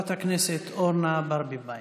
חברת הכנסת אורנה ברביבאי,